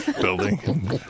building